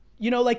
you know, like